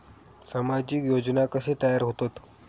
सामाजिक योजना कसे तयार होतत?